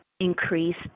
increased